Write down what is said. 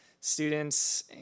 students